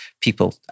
people